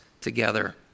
together